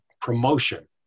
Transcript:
promotion